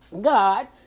god